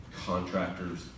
contractors